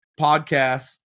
podcasts